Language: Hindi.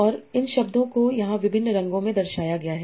और इन शब्दों को यहां विभिन्न रंगों में दर्शाया गया है